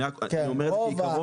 אני אומר את זה כעיקרון.